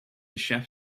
chef